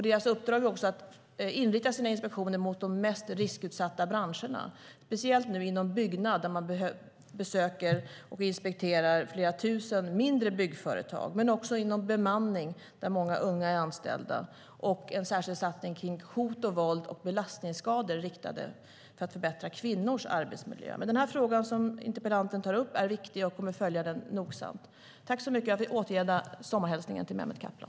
Deras uppdrag är också att inrikta sina inspektioner på de mest riskutsatta branscherna, speciellt inom byggnadsbranschen där man besöker och inspekterar flera tusen mindre byggföretag men också inom bemanningsbranschen där många unga är anställda. En särskild riktad satsning görs mot hot, våld och belastningsskador för att förbättra kvinnors arbetsmiljö. Men den fråga som interpellanten tar upp är viktig, och jag kommer nogsamt att följa den. Jag vill också återgälda sommarhälsningen till Mehmet Kaplan.